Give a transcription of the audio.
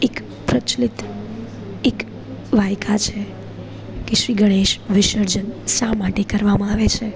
એક પ્રચલિત એક વાયકા છે કે શ્રી ગણેશ વિસર્જન શા માટે કરવામાં આવે છે